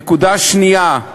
נקודה שנייה,